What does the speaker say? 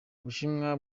bushinwa